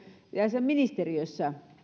ja siellä ministeriössä